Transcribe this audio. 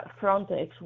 Frontex